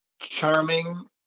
charming